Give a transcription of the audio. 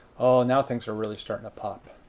now things are really starting to pop.